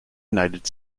united